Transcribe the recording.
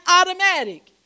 automatic